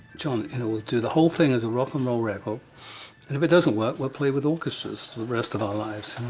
jon, and we'll do the whole thing as a rock and roll record, and if it doesn't work, we'll play with orchestras for the rest of our lives.